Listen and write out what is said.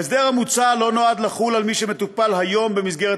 ההסדר המוצע לא נועד לחול על מי שמטופל היום במסגרת